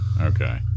Okay